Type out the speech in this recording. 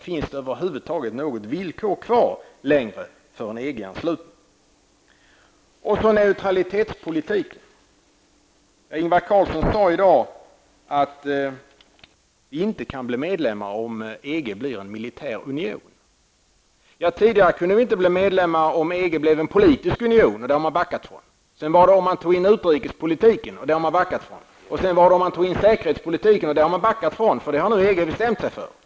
Finns det över huvud taget något villkor kvar längre för en EG Carlsson i dag att Sverige inte kan bli medlem i EG om EG blir en militär union. Tidigare kunde Sverige inte bli medlem om EG blev en politisk union, men det har socialdemokraterna backat från. Sedan gällde det utrikespolitiken, och det har socialdemokraterna backat från. Och sedan gällde det säkerhetspolitiken, och det har socialdemokraterna också backat från, eftersom EG nu har bestämt sig i fråga om detta.